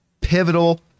pivotal